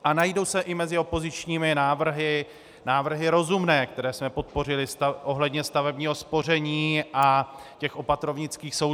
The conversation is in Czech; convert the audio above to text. A najdou se i mezi opozičními návrhy návrhy rozumné, které jsme podpořili, ohledně stavebního spoření a opatrovnických soudů.